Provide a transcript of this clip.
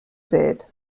sät